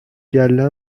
گله